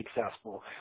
successful